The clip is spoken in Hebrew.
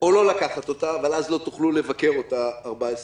או לא לקחת אותה אבל אז לא תוכלו לבקר אותה 14 ימים.